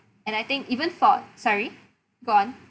and I think even for sorry go on